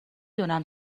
دونم